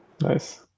Nice